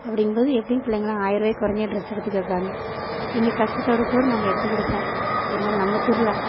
அப்படிங்கும்போது எப்படியும் பிள்ளைங்கெலாம் ஆயிரம் ரூபாய்க்கு குறைஞ்சி ட்ரெஸ் எடுத்து கேட்பாங்க இங்கே கஷ்டத்தோட கூட நாங்கள் எடுத்து கொடுப்போம் இருந்தாலும் நம்ம திருவிழா